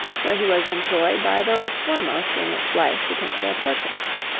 where he was employed by those foremost in its life to paint their portraits.